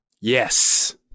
Yes